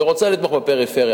שרוצה לתמוך בפריפריה,